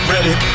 Ready